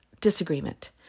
disagreement